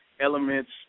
elements